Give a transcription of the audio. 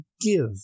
give